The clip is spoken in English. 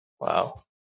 Wow